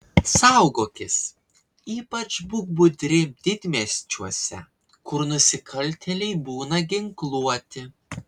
saugokis ypač būk budri didmiesčiuose kur nusikaltėliai būna ginkluoti